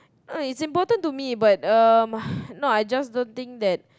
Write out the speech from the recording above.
uh it's important to me but um no I just don't think that